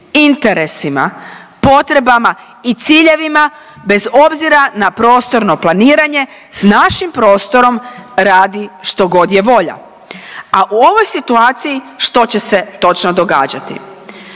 interesima, potrebama i ciljevima bez obzira na prostorno planiranje s našim prostorom radi što god je volja. A u ovoj situaciji što će se točno događati?